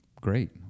Great